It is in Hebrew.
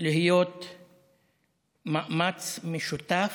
להיות מאמץ משותף,